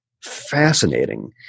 fascinating